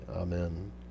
Amen